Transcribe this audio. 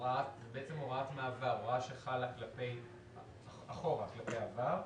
בעצם להוראת מעבר, הוראה שחלה אחורה, כלפי עבר,